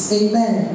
amen